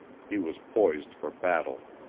he was poised for battle.